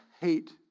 hate